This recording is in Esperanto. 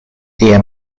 tie